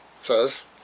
says